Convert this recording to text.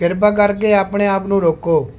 ਕਿਰਪਾ ਕਰਕੇ ਆਪਣੇ ਆਪ ਨੂੰ ਰੋਕੋ